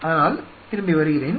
அதனால் திரும்பி வருகிறேன்